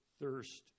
thirst